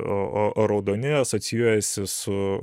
o o raudoni asocijuojasi su